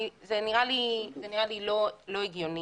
זה נראה לי לא הגיוני.